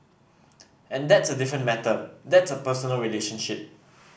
and that's a different matter that's a personal relationship